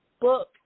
book